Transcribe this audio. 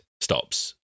stops